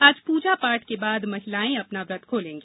आज पूजा पाठ के बाद महिलाएं अपना व्रत खोलेंगी